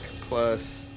plus